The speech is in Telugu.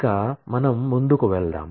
ఇక మనం ముందుకు వెళ్దాం